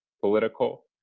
political